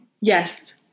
Yes